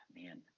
Man